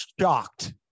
shocked